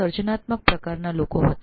સર્જનાત્મક લોકો આ પ્રકારના હોય